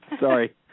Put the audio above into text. Sorry